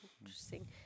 interesting